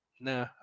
nah